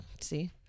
see